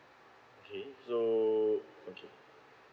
okay so okay